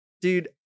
dude